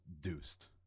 deuced